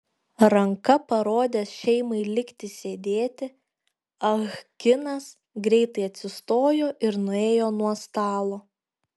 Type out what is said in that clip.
ranka parodęs šeimai likti sėdėti ah kinas greitai atsistojo ir nuėjo nuo stalo